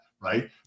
Right